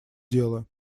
дело